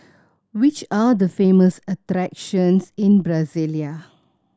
which are the famous attractions in Brasilia